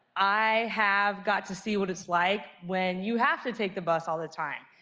i have got to see what it's like when you have to take the bus all the time.